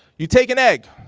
you take an egg,